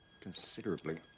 considerably